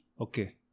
Okay